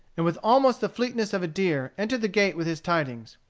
and with almost the fleetness of a deer entered the gate with his tidings.